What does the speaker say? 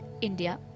India